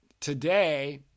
today